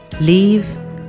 Leave